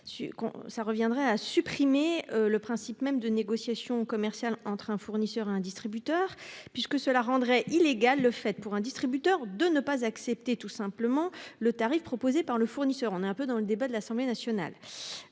reviendrait à supprimer le principe même de négociation commerciale entre un fournisseur et un distributeur, puisque l'on rendrait illégal le fait pour un distributeur de ne pas accepter tout simplement le tarif proposé par le fournisseur. Un débat similaire a eu lieu à l'Assemblée nationale.